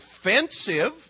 offensive